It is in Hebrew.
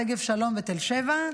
שגב שלום ותל שבע.